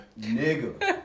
Nigga